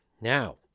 Now